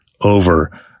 over